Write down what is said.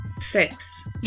Six